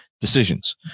decisions